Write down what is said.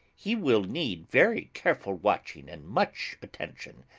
he will need very careful watching, and much attention.